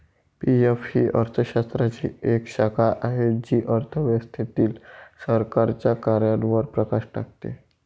PF ही अर्थशास्त्राची एक शाखा आहे जी अर्थव्यवस्थेतील सरकारच्या कार्यांवर प्रकाश टाकते